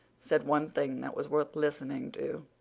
said one thing that was worth listening to.